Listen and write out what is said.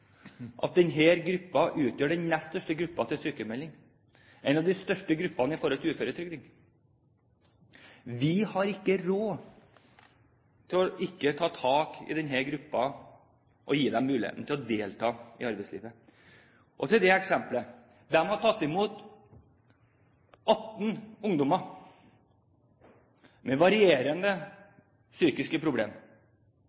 største gruppene blant de uføretrygdede. Vi har ikke råd til ikke å ta tak i denne gruppen og gi dem muligheten til å delta i arbeidslivet. Til det eksempelet: De har tatt imot 18 ungdommer med varierende